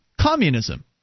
communism